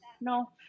No